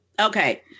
Okay